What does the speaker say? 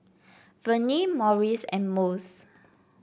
Vernie Morris and Mose